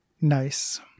Nice